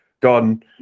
gone